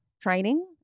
training